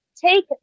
take